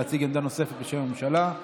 תודה רבה לסגן שר הבריאות יואב קיש.